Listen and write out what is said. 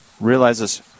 realizes